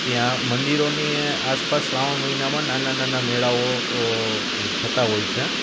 ત્યાં મંદિરોની આસપાસ શ્રાવણ મહિનામાં નાના નાના મેળાઓ થતાં હોય છે